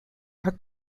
are